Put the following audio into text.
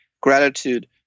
gratitude